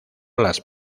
las